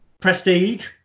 prestige